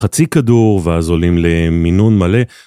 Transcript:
חצי כדור ואז עולים למינון מלא